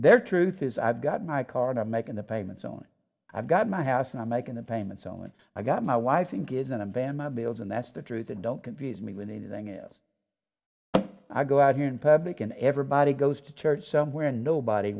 their truth is i've got my car and i'm making the payments own i've got my house and i'm making the payments only i've got my wife think isn't a band my bills and that's the truth and don't confuse me with anything else i go out here in public and everybody goes to church somewhere nobody